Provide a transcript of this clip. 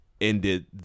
ended